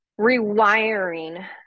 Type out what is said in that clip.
rewiring